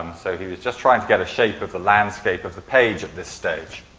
um so, he was just trying to get a shape of the landscape of the page at this stage.